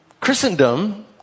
christendom